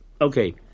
okay